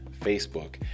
Facebook